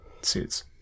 suits